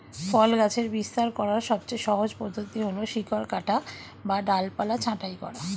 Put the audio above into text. ফল গাছের বিস্তার করার সবচেয়ে সহজ পদ্ধতি হল শিকড় কাটা বা ডালপালা ছাঁটাই করা